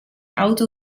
auto